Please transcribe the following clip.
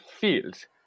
fields